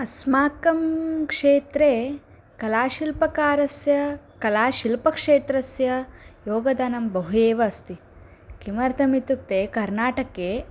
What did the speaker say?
अस्माकं क्षेत्रे कलाशिल्पकारस्य कलाशिल्पक्षेत्रस्य योगदानं बहु एव अस्ति किमर्थम् इत्युक्ते कर्नाटके